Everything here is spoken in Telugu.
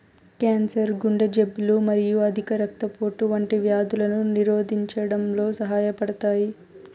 క్యాన్సర్, గుండె జబ్బులు మరియు అధిక రక్తపోటు వంటి వ్యాధులను నిరోధించడంలో సహాయపడతాయి